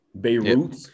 Beirut